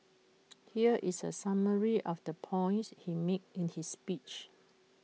here is A summary of the points he made in his speech